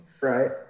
Right